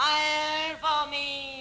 i mean